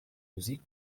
musik